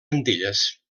antilles